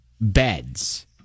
beds